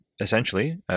essentially